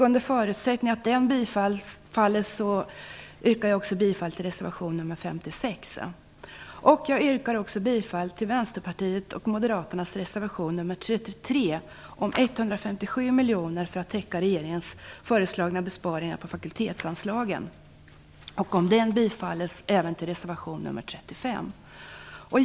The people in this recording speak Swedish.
Under förutsättning att den bifalles yrkar jag också bifall till reservation nr 56. Jag yrkar också bifall till Vänsterpartiets och Moderaternas reservation nr 33 om 157 miljoner kronor för att täcka regeringens föreslagna besparingar på fakultetsanslagen. Om den bifalles yrkar jag även bifall till reservation nr 35.